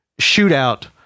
shootout